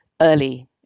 early